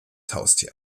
haustier